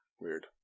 Weird